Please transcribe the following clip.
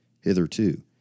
hitherto